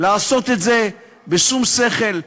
לעשות את זה בשום שכל,